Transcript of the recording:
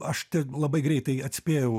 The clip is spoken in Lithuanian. aš labai greitai atspėjau